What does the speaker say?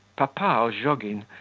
papa ozhogin,